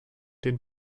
den